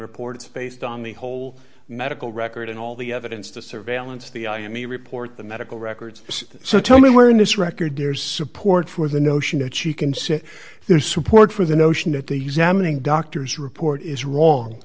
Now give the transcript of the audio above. reports based on the whole medical record and all the evidence the surveillance the iommi report the medical records so tell me where in this record there's support for the notion that she can sit there support for the notion that the use damning doctors report is wrong